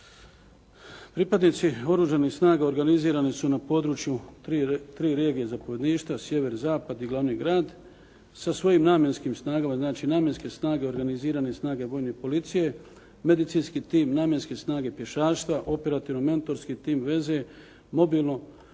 Pripadnici oružanih snaga organizirani su na području 3 regije zapovjedništva, sjever, zapad i glavni grad sa svojim namjenskim snagama, znači namjenske snage, organizirane snage vojne policije, medicinski tim, namjenske snage pješaštva, operativno-mentorski tim veze, mobilno-promatrački